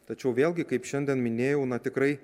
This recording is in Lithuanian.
tačiau vėlgi kaip šiandien minėjau tikrai